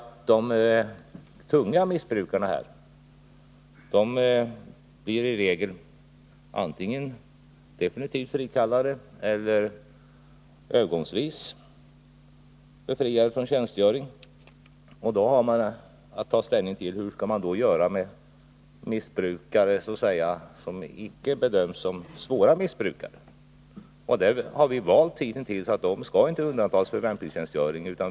De tunga missbrukarna blir i regel antingen defenitivt frikallade eller övergångsvis befriade från tjänstgöring. Man har emellertid att ta ställning till hur man skall göra med missbrukare som icke bedöms som svåra missbrukare. Vi har hittills valt att inte undanta dem från värnpliktstjänstgöring.